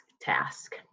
task